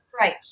Right